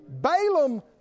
Balaam